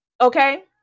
Okay